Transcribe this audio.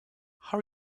how